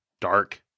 Dark